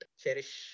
cherish